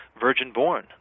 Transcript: virgin-born